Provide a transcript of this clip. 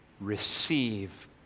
receive